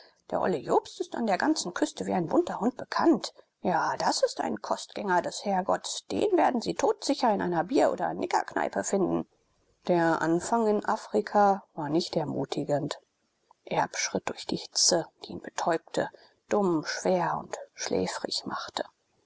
der olle jobst ist an der ganzen küste wie ein bunter hund bekannt ja das ist ein kostgänger des herrgotts den werden sie totsicher in einer bier oder niggerkneipe finden der anfang in afrika war nicht ermutigend erb schritt durch die hitze die ihn betäubte dumm schwer und schläfrig machte